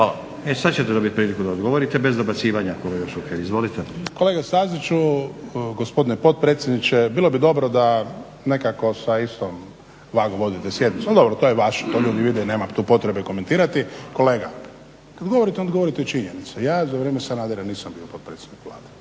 E sad ćete dobiti priliku da odgovorite, bez dobacivanja, kolega Šuker. Izvolite. **Šuker, Ivan (HDZ)** Kolega Staziću, gospodine potpredsjedniče bilo bi dobro da nekako sa istom vagom vodite sjednicu, ali dobro, to je vaš, … nema tu potrebe komentirati. Kolega, kada govorite onda govorite činjenice. Ja za vrijeme Sanadera nisam bio potpredsjednik Vlade